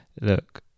look